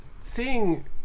seeing